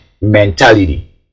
Mentality